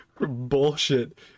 bullshit